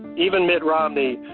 even mitt romney,